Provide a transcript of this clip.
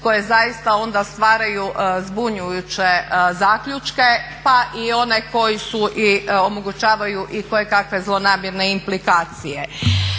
koje zaista onda stvaraju zbunjujuće zaključke pa i one koji omogućavaju i kojekakve zlonamjerne implikacije.